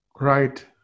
Right